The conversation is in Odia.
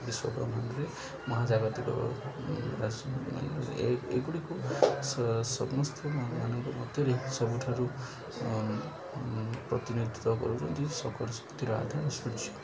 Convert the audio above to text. ମାନଙ୍କରେ ମହାଜାଗତିକ ଏଗୁଡ଼ିକୁ ସମସ୍ତ ମାନଙ୍କ ମଧ୍ୟରେ ସବୁଠାରୁ ପ୍ରତିନିଧିତ୍ୱ କରୁଚନ୍ତି